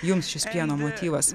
jums šis pieno motyvas